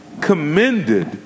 commended